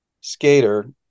skater